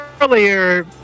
Earlier